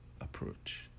approach